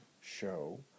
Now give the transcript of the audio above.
show